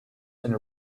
and